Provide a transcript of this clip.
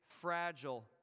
fragile